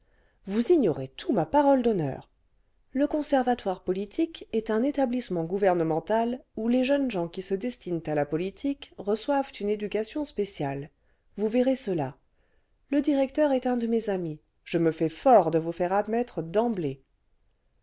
vous ignorez tout ma parole d'honneur le conservatoire politique est un établissement gouvernemental où les jeunes gens qui se destinent à la politique reçoivent une éducation spéciale vous verrez cela le directeur est un de mes amis je me fais fort de vous faire admettre d'emblée